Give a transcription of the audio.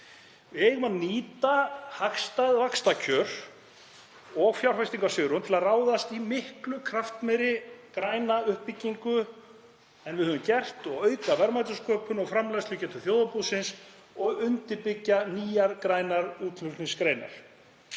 Við eigum að nýta hagstæð vaxtakjör og fjárfestingarsvigrúm til að ráðast í miklu kraftmeiri græna uppbyggingu en við höfum gert og auka verðmætasköpun og framleiðslugetu þjóðarbúsins og undirbyggja nýjar grænar útflutningsgreinar.